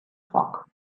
foc